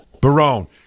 Barone